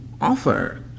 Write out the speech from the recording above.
offer